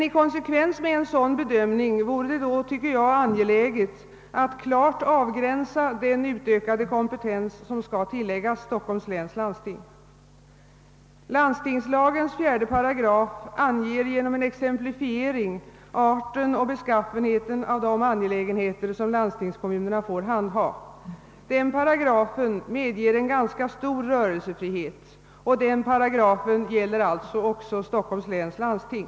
I konsekvens med en sådan bedömning vore det då angeläget att klart avgränsa den utökade kompetens som skall tilläggas Stockholms . läns landsting. Landstingslagens 4 §8 anger genom en exemplifiering arten och beskaffenheten av de angelägenheter som landstingskommunerna får handha. Denna paragraf, som medger en ganska stor rörelsefrihet, gäller också Stockholms läns landsting.